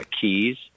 keys